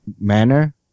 manner